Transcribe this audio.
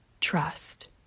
trust